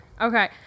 Okay